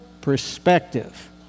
perspective